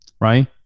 right